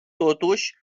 totuși